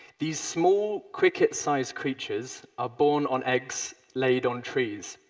these small, cricket-size creatures are born on eggs laid on trees.